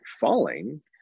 falling